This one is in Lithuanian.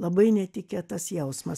labai netikėtas jausmas